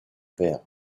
père